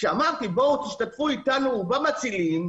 כשאמרתי בואו תשתתפו אתנו במצילים,